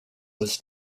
was